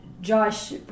Josh